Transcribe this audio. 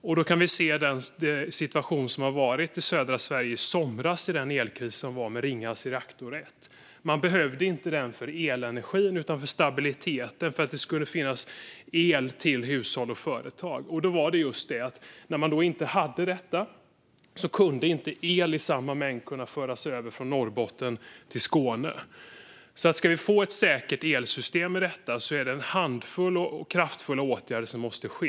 Vi kan se den situation som rådde i södra Sverige i somras med elkrisen för Ringhals reaktor 1. Man behövde inte den för elenergin utan för stabiliteten för att det skulle finnas el till hushåll och företag. När man inte hade detta kunde inte el i samma mängd föras över från Norrbotten till Skåne. Ska vi få ett säkert elsystem är det en handfull kraftfulla åtgärder som måste ske.